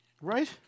right